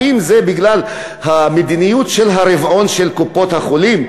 האם זה בגלל המדיניות של הרבעון של קופות-החולים,